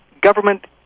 government